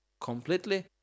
Completely